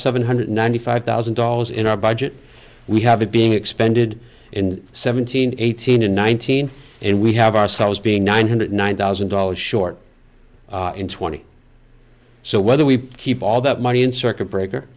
seven hundred ninety five thousand dollars in our budget we have it being expended in seventeen eighteen and nineteen and we have ourselves being nine hundred nine thousand dollars short in twenty so whether we keep all that money in circuit breaker